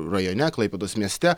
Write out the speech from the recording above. rajone klaipėdos mieste